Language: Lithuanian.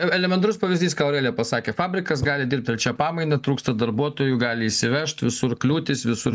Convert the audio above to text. e elementarus pavyzdys ką aurelija pasakė fabrikas gali dirbt trečia pamaina trūksta darbuotojų gali įsivežt visur kliūtys visur